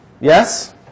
Yes